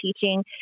teaching